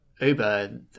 Uber